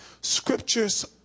scriptures